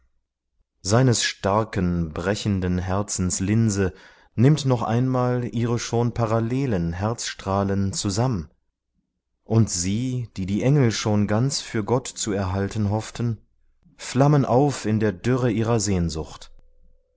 seines stark brechenden herzens linse nimmt noch einmal ihre schon parallelen herzstrahlen zusamm und sie die die engel schon ganz für gott zu erhalten hofften flammen auf in der dürre ihrer sehnsucht